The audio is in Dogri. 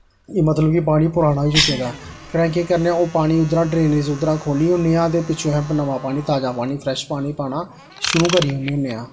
एह् मतलब कि पानी पराना होई चुके दा ऐ फिर अस केह् करने आं ओह् पानी उद्धरा ड्रेनेज़ उद्धरा खोह्ली ओड़ने आं ते पिच्छुआं उपना नमां पानी ताज़ा पानी फ्रैश पानी पाना शुरू करी ओड़ने होन्ने आं